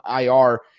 IR